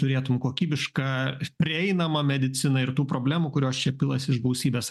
turėtum kokybišką prieinamą mediciną ir tų problemų kurios čia pilasi iš gausybės